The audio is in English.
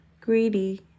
greedy